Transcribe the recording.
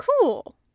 Cool